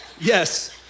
Yes